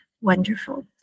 wonderful